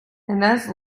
ines